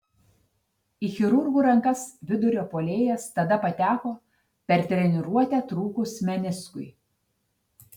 į chirurgų rankas vidurio puolėjas tada pateko per treniruotę trūkus meniskui